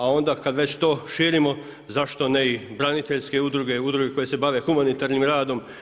A onda kad već to širimo zašto ne i braniteljske udruge i udruge koje se bave humanitarnim radom.